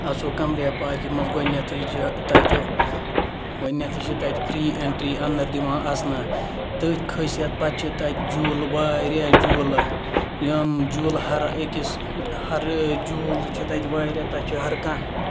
اَژو قَمرِیا پارکہِ مَنٛز گۄڈنیٚتھے چھُ تَتہِ گۄڈنیٚتھے چھ تَتہِ فری ایٚنٹری اَندَر دِوان اَژنہٕ تٔتھۍ خٲصیت پَتہٕ چھُ تَتہِ جوٗلہٕ واریاہ جوٗلہٕ یِم جوٗلہٕ ہَر أکٕس ہَر جوٗلہٕ چھِ تَتہٕ واریاہ تَتھ چھُ ہَر کانٛہہ